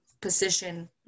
position